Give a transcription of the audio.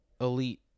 elite